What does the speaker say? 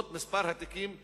מספר התיקים שנפתחו,